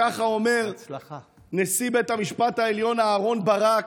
ככה אומר נשיא בית המשפט העליון אהרן ברק.